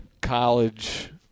college